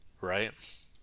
right